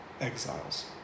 exiles